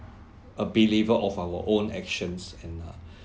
a believer of our own actions and uh